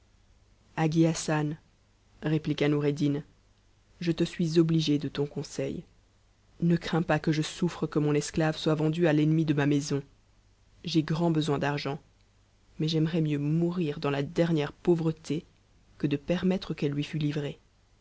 hagi hassan répliqua noureddin je te suis obligé de ton conseil ne crains pas que je souffre que mon esclave soit vendue à l'ennemi de ma maison j'ai grand besoin d'argent mais j'aimerais mieux mourir dans h dernière pauvreté que de permettre qu'elle lui fut livrée